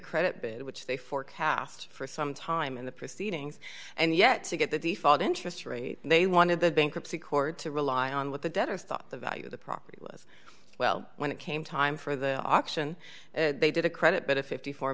credit which they forecast for some time in the proceedings and yet to get the default interest rate they wanted the bankruptcy court to rely on what the debtor thought the value of the property was well when it came time for the auction they did a credit but a fifty four